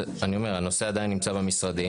אני אומר: הנושא נמצא עדיין במשרדים,